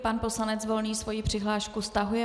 Pan poslanec Volný svoji přihlášku stahuje.